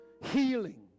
healing